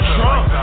Trump